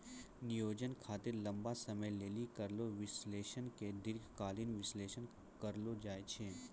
नियोजन खातिर लंबा समय लेली करलो विश्लेषण के दीर्घकालीन विष्लेषण कहलो जाय छै